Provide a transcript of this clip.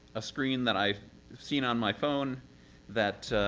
ah screen that i see and on my phone that,